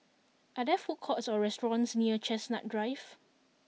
are there food courts or restaurants near Chestnut Drive